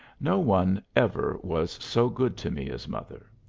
no one ever was so good to me as mother.